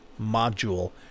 module